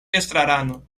estrarano